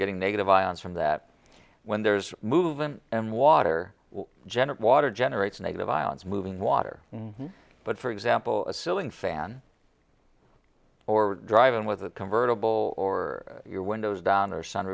getting negative ions from that when there's movement and water generate water generates negative ions moving water but for example assuming fan or driving with a convertible or your windows down or